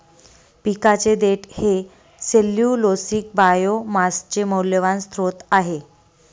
पिकाचे देठ हे सेल्यूलोसिक बायोमासचे मौल्यवान स्त्रोत आहे